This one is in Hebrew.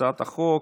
הצעת החוק.